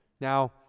Now